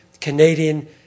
Canadian